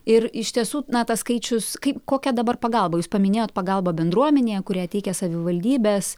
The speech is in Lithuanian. ir iš tiesų na tas skaičius kaip kokia dabar pagalba jūs paminėjot pagalbą bendruomenėje kurią teikia savivaldybės